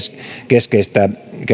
keskeistä